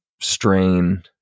strain